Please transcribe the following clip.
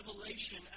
revelation